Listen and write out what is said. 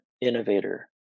innovator